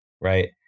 Right